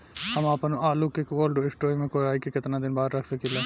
हम आपनआलू के कोल्ड स्टोरेज में कोराई के केतना दिन बाद रख साकिले?